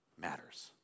matters